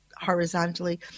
horizontally